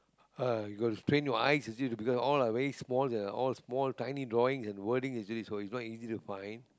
uh you got to strain your eyes is it because all are very small and all small tiny drawings and wordings you see so it's not easy to find